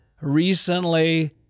recently